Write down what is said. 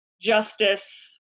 justice